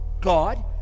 God